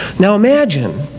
now imagine